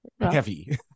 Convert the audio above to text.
heavy